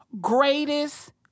greatest